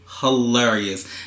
hilarious